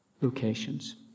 locations